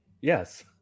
yes